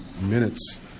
minutes